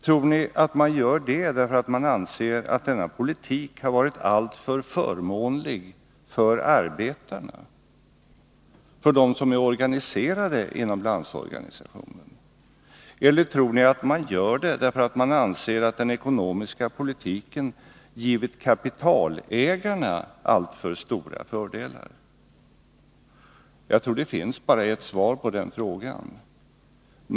Tror ni att man gör det därför att man anser att denna politik har varit alltför förmånlig för arbetarna, för dem som är organiserade inom Landsorganisationen? Eller tror ni att man gör det därför att man anser att den ekonomiska politiken har givit kapitalägarna alltför stora fördelar? Jag tror att det finns bara ett svar på den frågan.